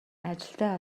ажилтай